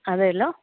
അതെലോ